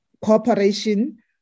cooperation